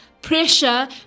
pressure